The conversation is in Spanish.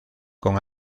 con